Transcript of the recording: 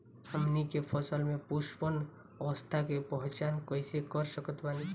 हमनी के फसल में पुष्पन अवस्था के पहचान कइसे कर सकत बानी?